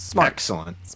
excellent